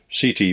CT